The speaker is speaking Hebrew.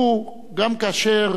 גם כאשר